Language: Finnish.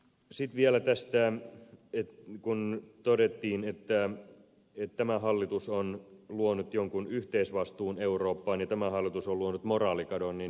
sitten vielä tästä kun todettiin että tämä hallitus on luonut jonkin yhteisvastuun eurooppaan ja tämä hallitus on luonut moraalikadon niin vielä kerran